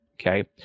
okay